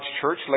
church